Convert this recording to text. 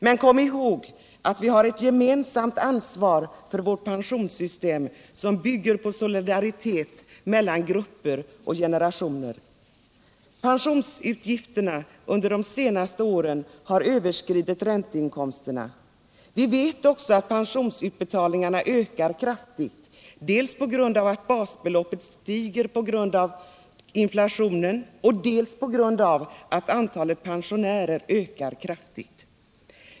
Men kom ihåg att vi har ett gemensamt ansvar för vårt pensionssystem som bygger på solidaritet mellan grupper och generationer. Pensionsutgifterna under de senaste åren har överskridit ränteinkomsterna. Vi vet också att pensionsutbetalningarna ökar kraftigt, dels på grund av att basbeloppet stiger kraftigt till följd av inflationen, dels på grund av att antalet pensionärer ökar kraftigt.